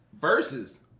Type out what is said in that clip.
versus